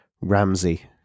Ramsey